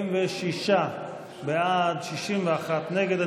46 בעד, 61 נגד.